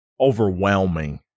overwhelming